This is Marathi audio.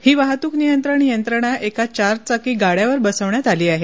ही वाहतूक नियंत्रण यंत्रणा एका चार चाकी गाड़यावर बसवण्यात आली आहेत